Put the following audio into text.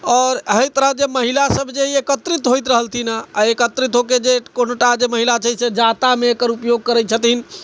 आओर एहि तरह जे महिला सब जे एकत्रित होइत रहलथिन हँ आ एकत्रित होके जे कोनोटा जे महिला छै से जाँतामे एकर ऊपयोग करैत छथिन